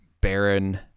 Baron